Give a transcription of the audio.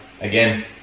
again